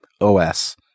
OS